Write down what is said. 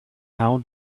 how